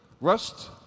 Rust